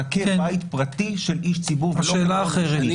כבית פרטי של איש ציבור --- השאלה היא אחרת.